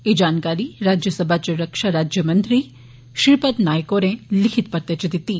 एह जानकारी राज्यसभा च रक्षा राज्यमंत्री श्रीपद नायक होरें लिखित परते च दित्ती